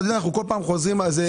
אנחנו בכל פעם חוזרים על זה.